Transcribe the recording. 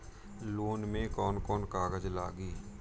Loan में कौन कौन कागज लागी?